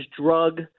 drug